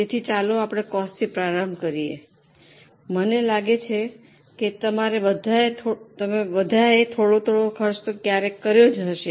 તેથી ચાલો આપણે કોસ્ટથી પ્રારંભ કરીએ મને લાગે છે કે તમારે બધાએ થોડોક ખર્ચ કર્યો હશે